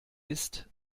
ist